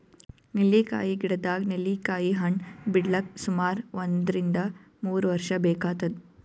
ನೆಲ್ಲಿಕಾಯಿ ಗಿಡದಾಗ್ ನೆಲ್ಲಿಕಾಯಿ ಹಣ್ಣ್ ಬಿಡ್ಲಕ್ ಸುಮಾರ್ ಒಂದ್ರಿನ್ದ ಮೂರ್ ವರ್ಷ್ ಬೇಕಾತದ್